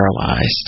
paralyzed